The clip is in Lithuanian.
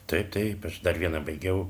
taip taip aš dar vieną baigiau